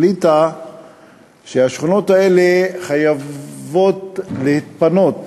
החליטה שהשכונות האלה חייבות להתפנות